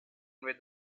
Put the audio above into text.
with